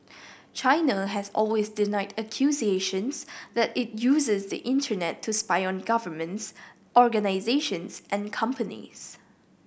China has always denied accusations that it uses the Internet to spy on governments organisations and companies